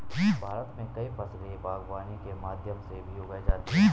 भारत मे कई फसले बागवानी के माध्यम से भी उगाई जाती है